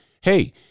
hey